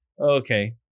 okay